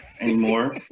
anymore